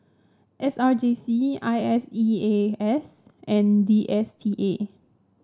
S R J C I S E A S and D S T A